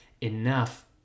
enough